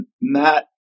Matt